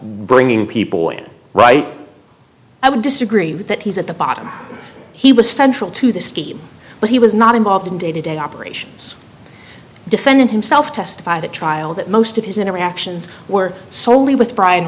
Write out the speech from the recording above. bringing people in right i would disagree with that he's at the bottom he was central to the scheme but he was not involved in day to day operations defending himself testified at trial that most of his interactions were solely with pri